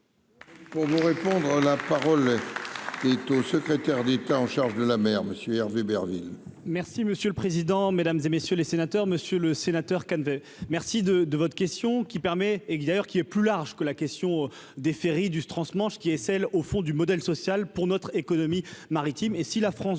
Pour nous répondrons la parole. Au secrétaire d'État en charge de la mer Monsieur Hervé Berville. Merci monsieur le président, Mesdames et messieurs les sénateurs, Monsieur le Sénateur qu'veut merci de de votre question qui permet extérieure qui est plus large que la question des ferries du transmanche, qui est celle, au fond du modèle social pour notre économie maritime